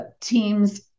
teams